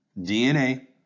DNA